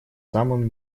самым